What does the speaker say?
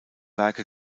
werke